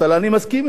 אני מסכים אתו.